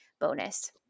bonus